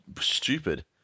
stupid